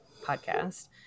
podcast